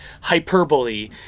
hyperbole